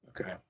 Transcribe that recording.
Okay